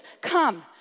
Come